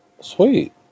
Sweet